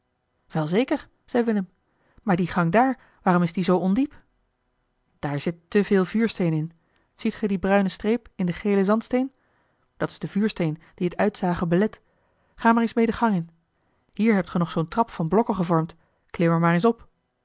wel zeker zei willem maar die gang daar waarom is die zoo ondiep daar zit te veel vuursteen in ziet ge die bruine streep in den gelen zandsteen dat is de vuursteen die het uitzagen belet ga maar eens mee de gang in hier hebt ge nog zoo'n trap van blokken gevormd klim er maar eens op